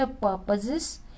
purposes